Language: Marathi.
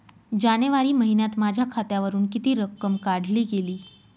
जानेवारी महिन्यात माझ्या खात्यावरुन किती रक्कम काढली गेली?